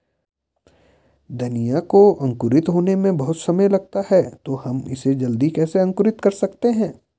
धनिया को अंकुरित होने में बहुत समय लगता है तो हम इसे जल्दी कैसे अंकुरित कर सकते हैं?